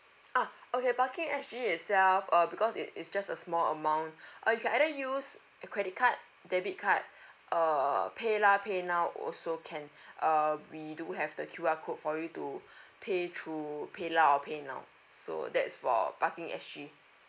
ah okay parking S_G itself uh because it is just a small amount uh you can either use credit card debit card uh paylah paynow also can uh we do have the Q_R code for you to pay through paylah or paynow so that's for parking S_G